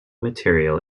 material